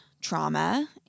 trauma